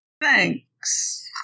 Thanks